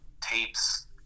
tapes